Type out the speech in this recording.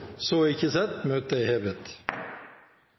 Møtet er hevet.